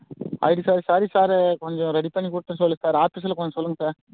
ID sir sorry sir கொஞ்ச ready பண்ணி கொடுக்க சொல் சார் ஆஃபீஸில் கொஞ்சம் சொல்லுங்கள் சார்